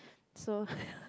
so